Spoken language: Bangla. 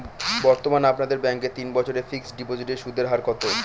বর্তমানে আপনাদের ব্যাঙ্কে তিন বছরের ফিক্সট ডিপোজিটের সুদের হার কত?